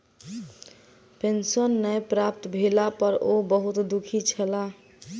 pension नै प्राप्त भेला पर ओ बहुत दुःखी छला